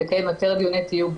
לקיים יותר דיוני תיוג,